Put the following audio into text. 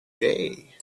day